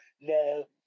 no